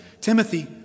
Timothy